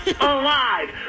alive